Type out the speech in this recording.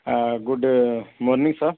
good morning sir